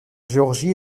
géorgie